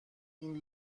این